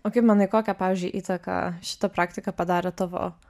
o kaip manai kokią pavyzdžiui įtaką šita praktika padarė tavo